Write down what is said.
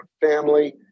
family